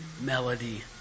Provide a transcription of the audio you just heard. melody